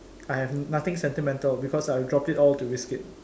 I have nothing sentimental because I drop it all to risk it